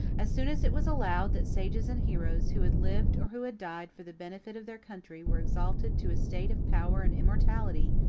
as soon as it was allowed that sages and heroes, who had lived or who had died for the benefit of their country, were exalted to a state of power and immortality,